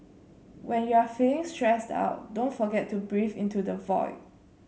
when you are feeling stressed out don't forget to breathe into the void